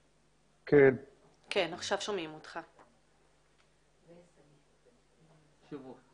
הזה, אני חושב שהוא מאוד חשוב.